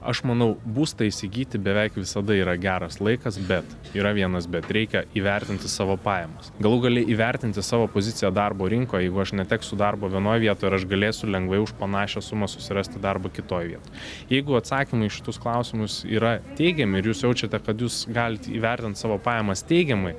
aš manau būstą įsigyti beveik visada yra geras laikas bet yra vienas bet reikia įvertinti savo pajamas galų gale įvertinti savo poziciją darbo rinkoj jeigu aš neteksiu darbo vienoj vietoj ir aš galėsiu lengvai už panašią sumą susirasti darbą kitoj vietoj jeigu atsakymai į šitus klausimus yra teigiami ir jūs jaučiate kad jūs galit įvertint savo pajamas teigiamai